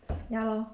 ya lor